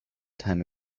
time